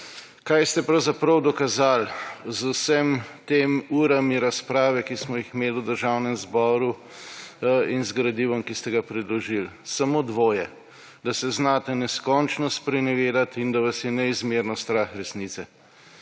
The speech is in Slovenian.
Kaj ste pravzaprav dokazali z vsemi temi urami razprave, ki smo jih imeli v Državnem zboru, in z gradivom, ki ste ga predložili? Samo dvoje: da se znate neskončno sprenevedati in da vas je neizmerno strah resnice.